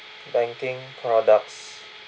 banking products